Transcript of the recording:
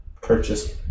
purchase